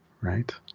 right